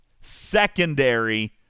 secondary